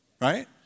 Right